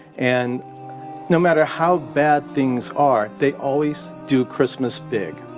and no matter how bad things are, they always do christmas big.